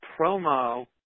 promo